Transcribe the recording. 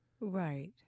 right